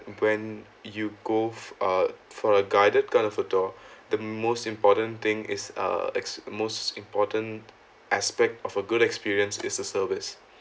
when you go uh for a guided kind of a tour the most important thing is uh ex~ most important aspect of a good experience is a service